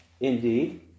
Indeed